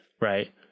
right